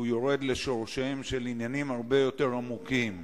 משום שהוא יורד לשורשיהם של עניינים הרבה יותר עמוקים,